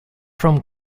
from